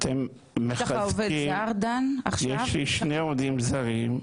יש לי שני עובדים זרים.